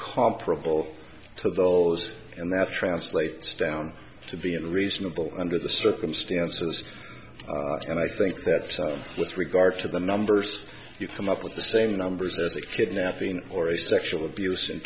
comparable to those and that translates down to be unreasonable under the circumstances and i think that with regard to the numbers you've come up with the same numbers as a kidnapping or a sexual abuse in